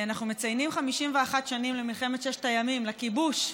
אנחנו מציינים 51 שנים למלחמת ששת הימים, לכיבוש,